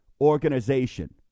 Organization